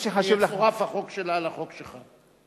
יצורף החוק שלה לחוק שלך.